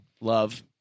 Love